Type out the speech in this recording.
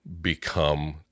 become